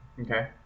Okay